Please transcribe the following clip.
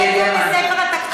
אין בספר התקציב,